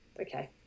Okay